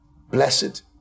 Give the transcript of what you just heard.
Blessed